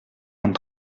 vingt